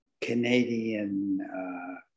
Canadian